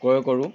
ক্ৰয় কৰোঁ